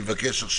מה הנוסח לאישה?